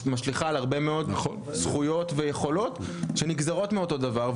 משליכה על הרבה זכויות ויכולות שנגזרות מאותו דבר.